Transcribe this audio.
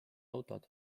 autod